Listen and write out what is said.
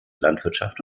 landwirtschaft